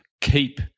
keep